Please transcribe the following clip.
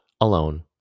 alone